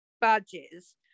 badges